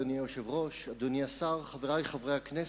אדוני היושב-ראש, אדוני השר, חברי חברי הכנסת,